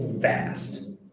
fast